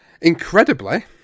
Incredibly